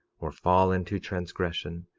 or fall into transgression,